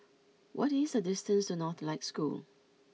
what is the distance to Northlight School